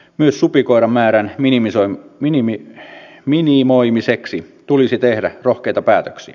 myös supikoiramäärän minimoimiseksi tulisi tehdä rohkeita päätöksiä